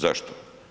Zašto?